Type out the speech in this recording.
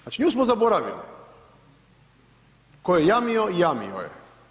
Znači nju smo zaboravili, tko je jamio jamio je.